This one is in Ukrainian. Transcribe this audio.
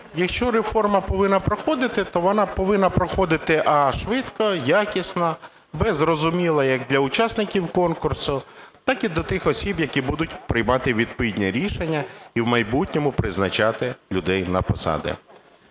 якщо реформа повинна проходити, то вона повинна проходити: а) швидко, якісно; б) зрозуміло як для учасників конкурсу так і для тих осіб, які будуть приймати відповідні рішення і в майбутньому призначати людей на посади.